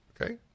Okay